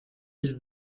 mille